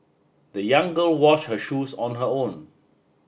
the young girl wash her shoes on her own